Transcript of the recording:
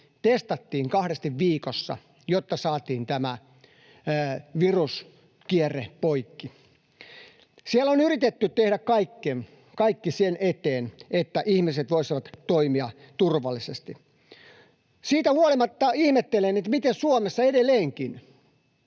testattiin kahdesti viikossa, jotta saatiin tämä viruskierre poikki. Siellä on yritetty tehdä kaikki sen eteen, että ihmiset voisivat toimia turvallisesti. Ihmettelen, miten siitä huolimatta Suomessa edelleenkin